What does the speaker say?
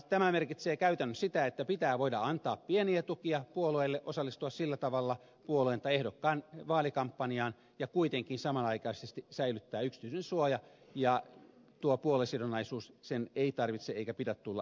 tämä merkitsee käytännössä sitä että pitää voida antaa pieniä tukia puolueelle osallistua sillä tavalla puolueen tai ehdokkaan vaalikampanjaan ja kuitenkin samanaikaisesti säilyttää yksityisyydensuoja ja tuon puoluesidonnaisuuden ei tarvitse eikä pidä tulla julkisuuteen